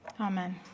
Amen